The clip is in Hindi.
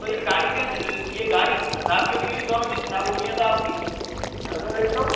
तो यह गाड़ी क्यों यह गाड़ी खराब क्यों नहीं हुई दोनों चीज़ खराब हो गई हैं तो आपकी घर में बैठो